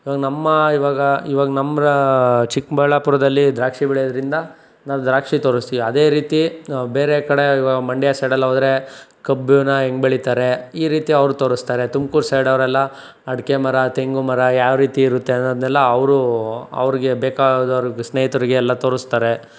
ಇವಾಗ ನಮ್ಮ ಇವಾಗ ಇವಾಗ ನಮ್ಮ ಚಿಕ್ಕಬಳ್ಳಾಪುರದಲ್ಲಿ ದ್ರಾಕ್ಷಿ ಬೆಳೆಯೋದ್ರಿಂದ ನಾವು ದ್ರಾಕ್ಷಿ ತೋರಿಸ್ತೀವಿ ಅದೇ ರೀತಿ ಬೇರೆ ಕಡೆ ಇವಾಗ ಮಂಡ್ಯ ಸೈಡೆಲ್ಲ ಹೋದರೆ ಕಬ್ಬಿನ ಹೆಂಗೆ ಬೆಳಿತಾರೆ ಈ ರೀತಿ ಅವರು ತೋರಿಸ್ತಾರೆ ತುಮ್ಕೂರು ಸೈಡವರೆಲ್ಲ ಅಡಿಕೆ ಮರ ತೆಂಗು ಮರ ಯಾವ ರೀತಿ ಇರುತ್ತೆ ಅನ್ನೋದ್ನೆಲ್ಲ ಅವರು ಅವ್ರಿಗೆ ಬೇಕಾದವರಿಗೆ ಸ್ನೇಹಿತ್ರಿಗೆ ಎಲ್ಲ ತೋರಿಸ್ತಾರೆ